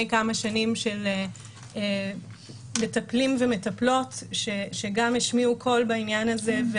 כמה שנים של מטפלים ומטפלות שגם השמיעו קול בעניין הזה.